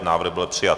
Návrh byl přijat.